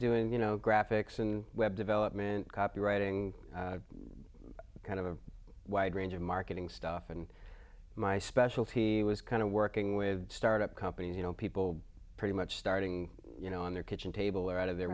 doing you know graphics and web development copywriting kind of a wide range of marketing stuff and my specialty was kind of working with start up companies you know people pretty much starting you know on their kitchen table or out of the